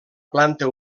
planta